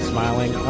Smiling